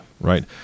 right